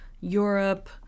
Europe